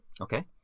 Okay